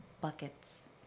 buckets